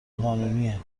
قانونیه